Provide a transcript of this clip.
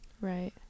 right